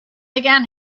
again